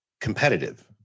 competitive